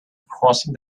crossing